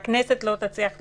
שהכנסת לא תצליח לשנות,